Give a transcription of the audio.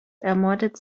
ermordet